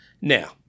Now